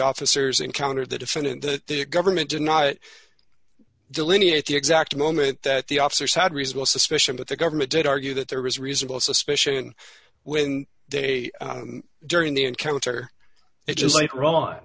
officers encountered the defendant that their government deny it delineate the exact moment that the officers had reasonable suspicion that the government did argue that there was reasonable suspicion when they during the encounter just like ra